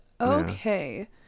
Okay